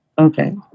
Okay